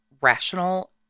rational